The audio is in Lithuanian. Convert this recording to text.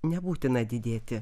nebūtina didėti